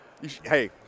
hey